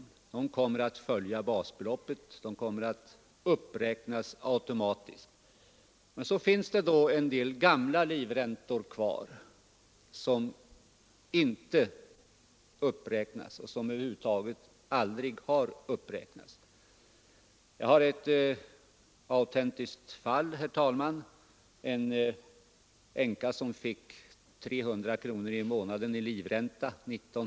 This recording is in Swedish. Livräntorna kommer att följa basbeloppet och uppräknas automatiskt. Men så finns en del gamla livräntor kvar, som inte uppräknas och som över huvud taget aldrig har uppräknats. Jag har, herr talman, ett autentiskt fall rörande en änka, som 1957 fick 300 kronor i månaden i livränta.